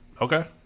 Okay